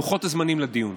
לוחות הזמנים לדיון.